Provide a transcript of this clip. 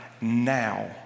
now